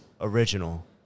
original